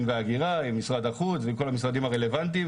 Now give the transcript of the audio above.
וההגירה עם משרד החוץ ועם כל המשרדים הרלוונטיים,